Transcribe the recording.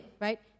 right